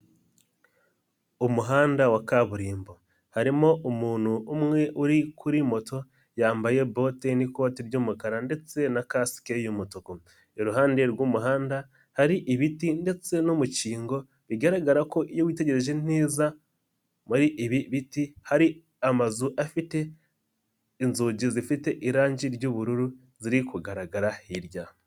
Umuhanda wa kaburimbo harimo umuntu umwe uri kuri moto yambaye bote n'ikoti ry'umukara ndetse na kasike y'umutuku, iruhande rw'umuhanda hari ibiti ndetse n'umukingo bigaragara ko iyo witegereje neza muri ibi biti hari amazu afite inzugi zifite irangi ry'ubururu ziri kugaragara hirya.